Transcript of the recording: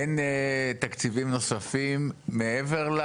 אין תקציבים נוספים מעבר,